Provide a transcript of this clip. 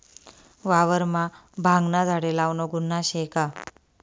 वावरमा भांगना झाडे लावनं गुन्हा शे का?